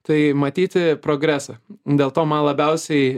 tai matyti progresą dėl to man labiausiai